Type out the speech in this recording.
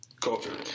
culture